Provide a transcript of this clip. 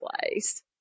place